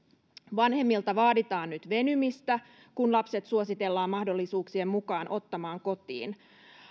vanhemmilta vaaditaan nyt venymistä kun lapset suositellaan mahdollisuuksien mukaan ottamaan kotiin